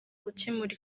gukemura